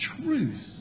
truth